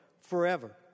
forever